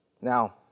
Now